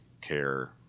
care